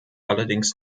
allerdings